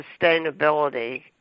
sustainability